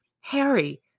Harry